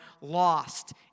lost